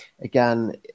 again